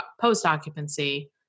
post-occupancy